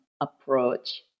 approach